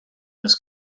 this